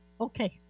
Okay